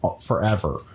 forever